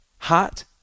Hot